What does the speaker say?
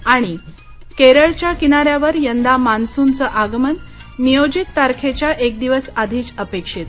आणि केरळच्या किनाऱ्यावर यंदा मान्सूनचं आगमन नियोजित तारखेच्या एकदिवस आधीच अपेक्षित